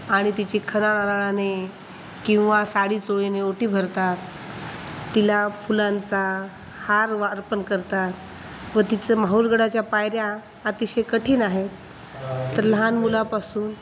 आणि तिची खणानारळाने किंवा साडी चोळीने ओटी भरतात तिला फुलांचा हार अर्पण करतात व तिचं माहूरगडाच्या पायऱ्या अतिशय कठीण आहेत तर लहान मुलापासून